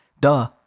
duh